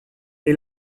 est